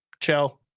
chill